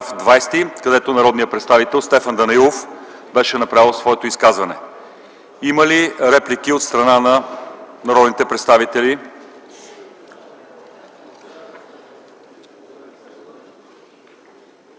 § 20, където народният представител Стефан Данаилов беше направил своето изказване. Има ли реплики от страна на народните представители?